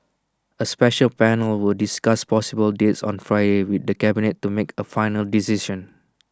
A special panel will discuss possible dates on Friday with the cabinet to make A final decision